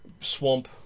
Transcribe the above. swamp